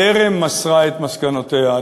טרם מסרה את מסקנותיה.